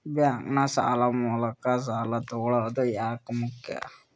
Bank ನ ಮೂಲಕ ಸಾಲ ತಗೊಳ್ಳೋದು ಯಾಕ ಮುಖ್ಯ?